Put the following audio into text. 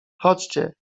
chodźcie